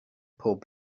pob